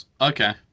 Okay